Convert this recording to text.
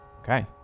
Okay